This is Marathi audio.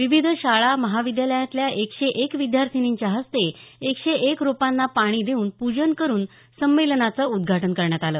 विविध शाळा महाविद्यालयांतल्या एकशे एक विद्यार्थिनींच्या हस्ते एकशे एक रोपांना पाणी देऊन पूजन करून संमेलनाचं उद्घाटन करण्यात आलं